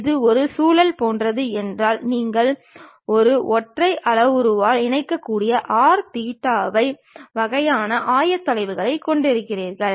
இது ஒரு சுழல் போன்றது என்றால் நீங்கள் ஒரு ஒற்றை அளவுருவால் இணைக்கக்கூடிய r தீட்டா பை வகையான ஆயத்தொலைவுகளைக் கொண்டிருக்கிறீர்கள்